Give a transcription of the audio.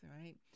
right